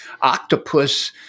octopus